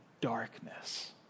darkness